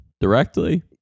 directly